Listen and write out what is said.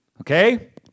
Okay